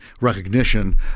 recognition